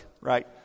right